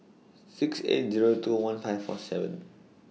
six eight Zero two one five four seven